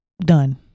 done